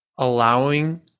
Allowing